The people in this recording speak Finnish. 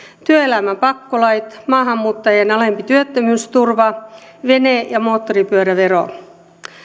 työelämän pakkolait maahanmuuttajien alempi työttömyysturva vene ja moottoripyörävero